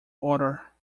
order